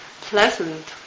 pleasant